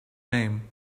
name